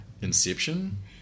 Inception